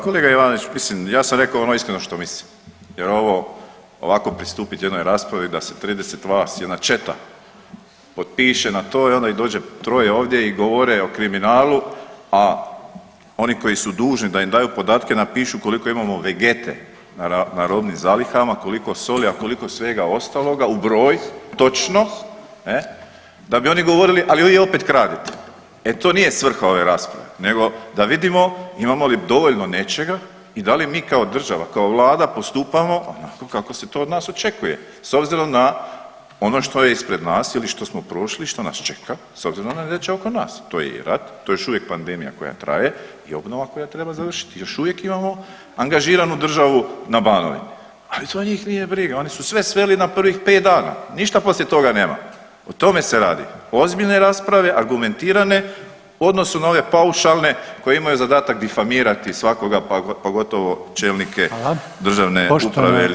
Kolega Ivanović, mislim ja sam rekao ono iskreno što mislim jer ovo, ovako pristupit jednoj raspravi da se 30 vas, jedna četa potpiše na to i onda ih dođe troje ovdje i govore o kriminalu, a oni koji su dužni da im daju podatke napišu koliko imamo vegete na robnim zalihama, koliko soli, a koliko svega ostaloga u broj točno ne, da bi oni govorili, ali vi opet kradete, e to nije svrha ove rasprave, nego da vidimo imamo li dovoljno nečega i da li mi kao država, kao vlada postupamo kako se to od nas očekuje s obzirom na ono što je ispred nas ili što smo prošli i što nas čeka s obzirom na događaje oko nas, to je i rat, to je još uvijek pandemija koja traje i obnova koja treba završiti, još uvijek imamo angažiranu državu na Banovini, ali to njih nije briga, oni su sve sveli na prvih 5 dana, ništa poslije toga nema, o tome se radi, ozbiljne rasprave, argumentirane u odnosu na ove paušalne koje imaju zadatak difamirati svakoga, pa gotovo čelnike državne uprave ili državne dužnosnike.